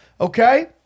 okay